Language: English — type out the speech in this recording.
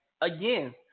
again